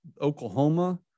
Oklahoma